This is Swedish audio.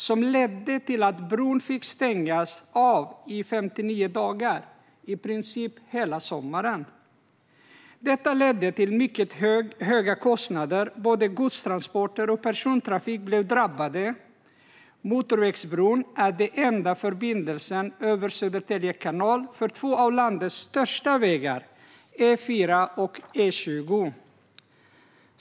Den ledde till att bron fick stängas av i 59 dagar - i princip hela sommaren. Det ledde till mycket höga kostnader, och både godstransporter och persontrafik blev drabbade. Motorvägsbron är den enda förbindelsen över Södertälje kanal för två av landets största vägar, E4 och E20.